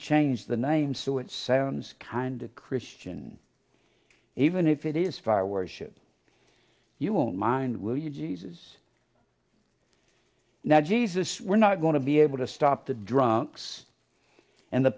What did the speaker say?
change the name so it sounds kind of christian even if it is fire worship you won't mind will you jesus now jesus we're not going to be able to stop the drunks and the